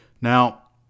Now